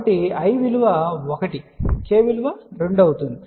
కాబట్టి 1 j విలువ1 కాబట్టి i విలువ 1 k విలువ 2 అవుతుంది